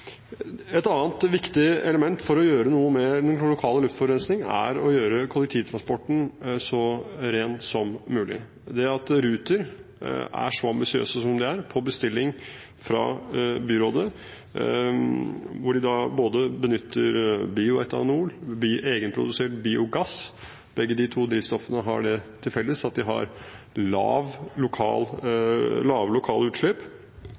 den lokale luftforurensningen er å gjøre kollektivtransporten så ren som mulig. Ruter er ambisiøse, på bestilling fra byrådet, når de benytter både bioetanol og egenprodusert biogass, og begge de to drivstoffene har det til felles at de har lave lokale utslipp.